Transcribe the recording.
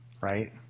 Right